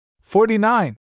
Forty-nine